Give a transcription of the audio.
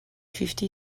fifty